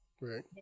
right